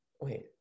Wait